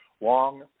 long